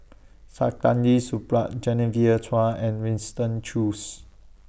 Saktiandi Supaat Genevieve Chua and Winston Choos